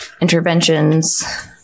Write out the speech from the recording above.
interventions